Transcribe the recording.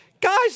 Guys